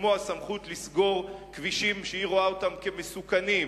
כמו הסמכות לסגור כבישים שהיא רואה אותם כמסוכנים.